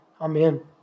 Amen